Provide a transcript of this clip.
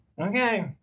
Okay